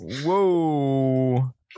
Whoa